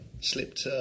slipped